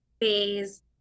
phase